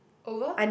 over